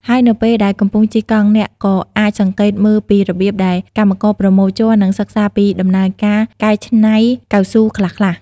ហើយនៅពេលដែលកំពុងជិះកង់ អ្នកក៏អាចសង្កេតមើលពីរបៀបដែលកម្មករប្រមូលជ័រ និងសិក្សាពីដំណើរការកែច្នៃកៅស៊ូខ្លះៗ។